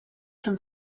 from